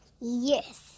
Yes